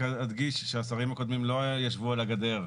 אני רק אדגיש שהשרים הקודמים לא ישבו על הגדר,